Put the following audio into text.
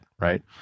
right